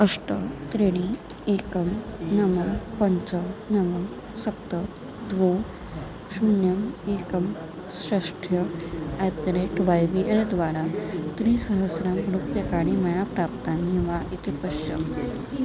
अष्ट त्रीणि एकं नव पञ्च नव सप्त द्वे शून्यम् एकं षट् at the rate Y B L द्वारा त्रिसहस्रं रूप्यकाणि मया प्राप्तानि वा इति पश्य